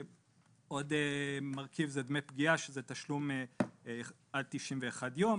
עוד מרכיב זה דמי פגיעה שזה תשלום עד 91 יום.